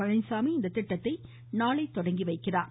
பழனிச்சாமி இத்திட்டத்தை நாளை தொடங்கி வைக்கிறார்